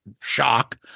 shock